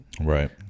Right